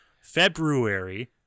February